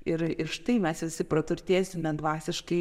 ir ir štai mes visi praturtėsime dvasiškai